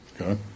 Okay